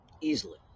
Easily